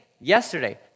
yesterday